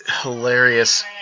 hilarious